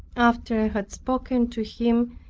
after i had spoken to him,